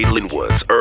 Linwood's